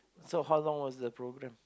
so how long was the program